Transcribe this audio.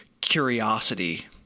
curiosity